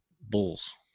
Bulls